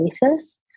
basis